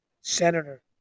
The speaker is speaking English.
Senator